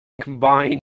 combined